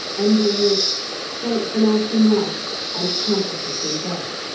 ending with strengthen us in life, and comfort us in death.